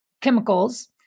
chemicals